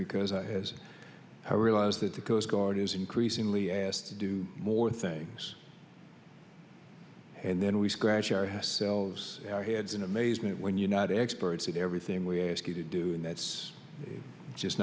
because i has to realize that the coast guard is increasingly asked to do more things and then we scratch our heads selves our heads in amazement when you're not experts at everything we ask you to do and that's just